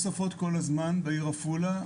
נבנות תוספות כל הזמן בעיר עפולה,